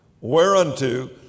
Whereunto